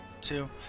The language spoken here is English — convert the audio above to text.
two